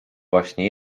właśnie